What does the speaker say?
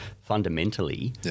fundamentally